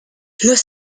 los